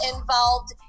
involved